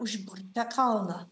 užburtą kalną